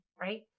right